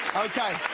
okay,